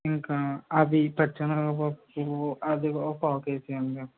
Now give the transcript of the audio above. ఇంకా అవి పచ్చి శెనగ పప్పు అది ఓ పావు కేజీ ఇయ్యండి